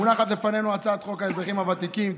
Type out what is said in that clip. מונחת לפנינו הצעת חוק האזרחים הוותיקים (תיקון,